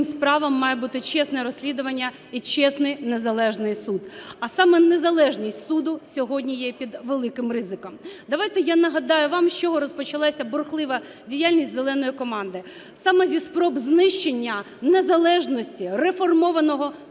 справам має бути чесне розслідування і чесний незалежний суд. А саме незалежність суду сьогодні є під великим ризиком. Давайте я нагадаю вам з чого розпочалась бурхлива діяльність "зеленої команди". Саме зі спроб знищення незалежності реформованого